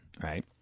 Right